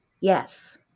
Yes